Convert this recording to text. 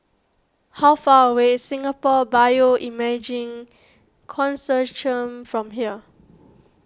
how far away Singapore Bioimaging Consortium from here